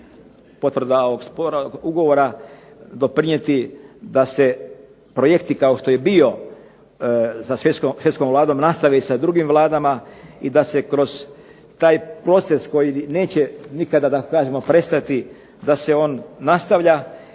potvrda ovog ugovora doprinijeti da se projekti kao što je bio sa švedskom vladom nastavi i sa drugim vladama i da se kroz taj proces koji neće nikada da kažemo prestati, da se on nastavlja,